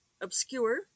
obscure